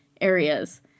areas